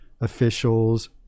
officials